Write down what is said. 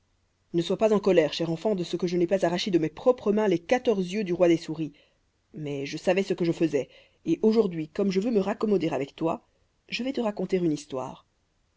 ne sois pas en colère chère enfant de ce que je n'ai pas arraché de mes propres mains les quatorze yeux du roi des souris mais je savais ce que je faisais et aujourd'hui comme je veux me raccommoder avec toi je vais te raconter une histoire